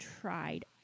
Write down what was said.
tried